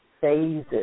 phases